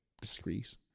discreet